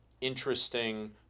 interesting